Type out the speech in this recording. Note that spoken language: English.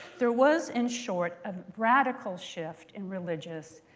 there was, in short, a radical shift in religious